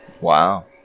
Wow